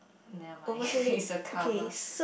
never mind it's a cover